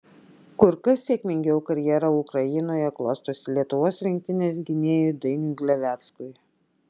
kur kas sėkmingiau karjera ukrainoje klostosi lietuvos rinktinės gynėjui dainiui gleveckui